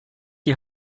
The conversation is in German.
die